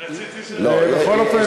בכל אופן,